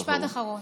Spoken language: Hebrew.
משפט אחרון,